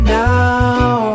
now